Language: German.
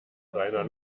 reiner